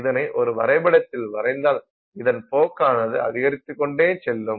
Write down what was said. இதனை ஒரு வரைபடத்தில் வரைந்தால் இதன் போக்கானது அதிகரித்துக்கொண்டே செல்லும்